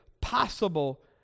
possible